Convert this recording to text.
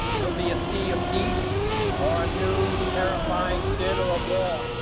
will be a sea of peace or a new terrifying theatre of war.